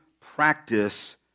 practice